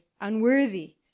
unworthy